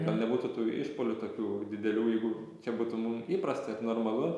gal nebūtų tų išpuolių tokių didelių jeigu čia būtų mum įprasta ir normalu